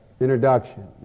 introduction